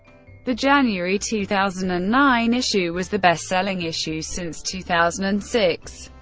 the january two thousand and nine issue was the best selling issue since two thousand and six.